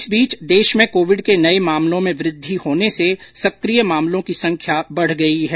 इस बीच देश में कोविड के नये मामलों में वृद्धि होने से सक्रिय मामलों की संख्या बढ गई है